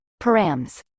params